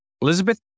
Elizabeth